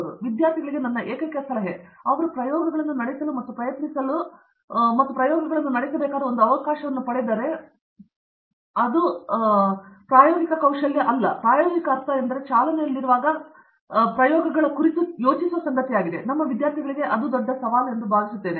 ಆದ್ದರಿಂದ ವಿದ್ಯಾರ್ಥಿಗಳಿಗೆ ನನ್ನ ಏಕೈಕ ಸಲಹೆಯು ಅವರು ಪ್ರಯೋಗಗಳನ್ನು ನಡೆಸಲು ಮತ್ತು ಪ್ರಯತ್ನಿಸಲು ಮತ್ತು ಓಡಬೇಕಾದ ಒಂದು ಅವಕಾಶವನ್ನು ಪಡೆದರೆ ಅವು ಪ್ರಾಯೋಗಿಕ ಕೌಶಲ್ಯವಲ್ಲ ಪ್ರಾಯೋಗಿಕ ಅರ್ಥವು ಚಾಲನೆಯಲ್ಲಿರುವಾಗ ಕಾಲುಗಳ ಪ್ರಯೋಗ ಕುರಿತು ಯೋಚಿಸುವ ಸಂಗತಿಯಾಗಿದೆ ನಮ್ಮ ವಿದ್ಯಾರ್ಥಿಗಳಿಗೆ ಅದು ದೊಡ್ಡ ಸವಾಲು ಎಂದು ಭಾವಿಸುತ್ತೇನೆ